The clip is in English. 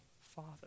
Father